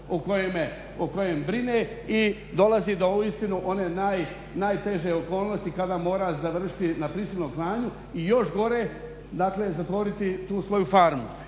o kojem brine i dolazi do uistinu one najteže okolnosti kada mora završiti na prisilnom klanju. I još gore, dakle zatvoriti tu svoju farmu.